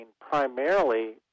primarily